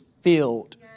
filled